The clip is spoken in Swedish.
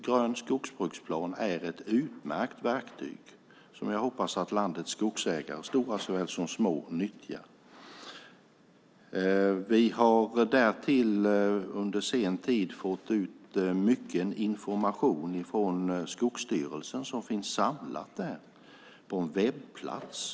Grön skogsbruksplan är ett utmärkt verktyg som jag hoppas att landets skogsägare, stora såväl som små, nyttjar. Vi har därtill under sen tid fått ut mycken information från Skogsstyrelsen som finns samlad på en webbplats.